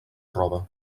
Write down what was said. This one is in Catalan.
roba